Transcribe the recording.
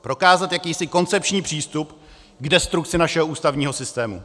Prokázat jakýsi koncepční přístup k destrukci našeho ústavního systému.